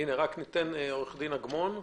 עורך דין אגמון,